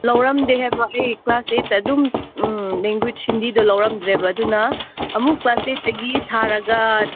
ꯂꯧꯔꯝꯗꯦ ꯍꯥꯏꯕ ꯑꯩ ꯀ꯭ꯂꯥꯁ ꯑꯩꯠꯇ ꯑꯗꯨꯝ ꯂꯦꯡꯒꯣꯏꯁ ꯍꯤꯟꯗꯤꯗꯨ ꯂꯧꯔꯝꯗ꯭ꯔꯦꯕ ꯑꯗꯨꯅ ꯑꯃꯨꯛ ꯀ꯭ꯂꯥꯁ ꯑꯩꯠꯇꯒꯤ ꯊꯥꯔꯒ